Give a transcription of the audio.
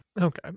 Okay